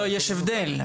יש הבדל.